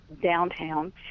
downtown